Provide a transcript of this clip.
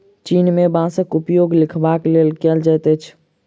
चीन में बांसक उपयोग लिखबाक लेल कएल जाइत अछि